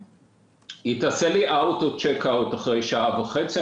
היא תעשה לי צ'ק אאוט אחרי שעה וחצי,